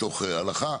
מתוך ההלכה.